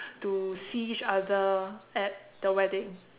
to see each other at the wedding